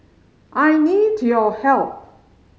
I need your help